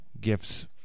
gifts